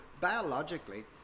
biologically